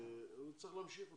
צריך להמשיך אותה.